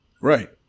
Right